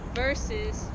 versus